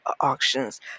auctions